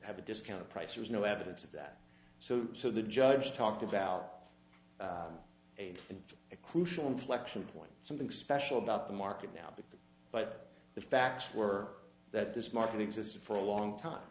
have a discount price there's no evidence of that so so the judge talked about a crucial inflection point something special about the market now but the facts were that this market existed for a long time